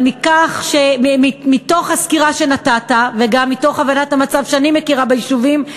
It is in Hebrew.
אבל מתוך הסקירה שנתת וגם מתוך הבנת המצב שאני מכירה ביישובים,